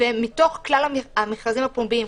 ומתוך כלל המכרזים הפומביים,